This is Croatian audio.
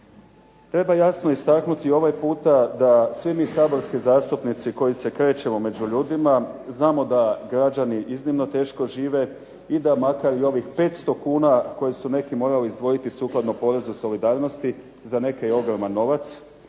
Treba jasno istaknuti ovaj puta da svi mi saborski zastupnici koji se krećemo među ljudima, znamo da građani iznimno teško žive i da makar ovih 500 kuna koji su neki morali izdvojiti sukladno porezu solidarnosti, za neke je ogroman novac.